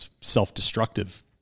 self-destructive